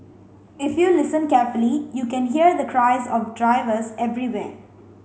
if you listen carefully you can hear the cries of drivers everywhere